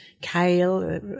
kale